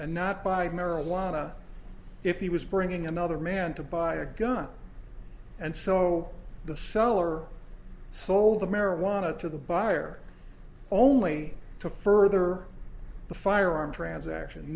and not buy marijuana if he was bringing another man to buy a gun and so the seller sold the marijuana to the buyer only to further the firearm transaction